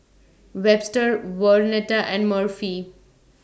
Webster Vernetta and Murphy